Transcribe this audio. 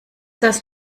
das